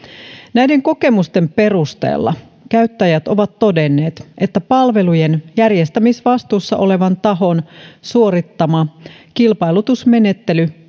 näiden kokemusten perusteella käyttäjät ovat todenneet että palvelujen järjestämisvastuussa olevan tahon suorittama kilpailutusmenettely